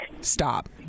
Stop